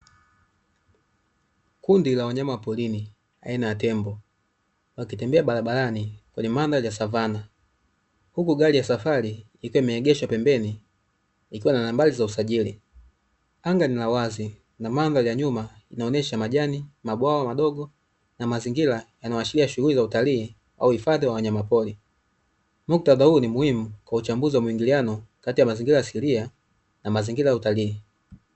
Kundi la wanyama wa porini aina ya tembo wakitembea barabarani kwenye mandhari ya savana huku gari ya safari ikiwa imeegeshwa pembeni ikiwa na nambari za usajili, anga ni ya uwazi na mandhari ya nyuma inaonyesha majani mabwawa madogo na mazingira yanayoashiria shughuli za utalii au hifadhi ya wanyamapori muktadha huu ni muhimu kwa uchambuzi wa muingiliano kati ya mazingira asilia na mazingira ya utalii.